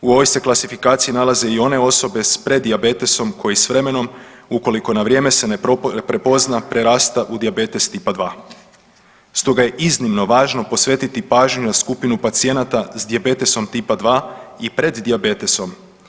U ovoj se klasifikaciji nalaze i one osobe s preddijabetesom koji s vremenom ukoliko na vrijeme se ne prepozna prerasta u dijabetes Tipa 2. Stoga je iznimno važno posvetiti pažnju na skupinu pacijenata s dijabetesom Tipa 2 i preddijabetesom.